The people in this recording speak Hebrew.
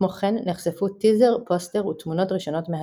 כמו כן נחשפו טיזר פוסטר ותמונות ראשונות מהסרט.